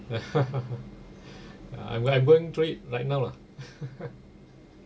I I'm going through it right now lah